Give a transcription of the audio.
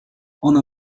ona